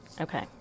Okay